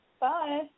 Bye